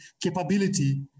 capability